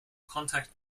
contact